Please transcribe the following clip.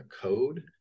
code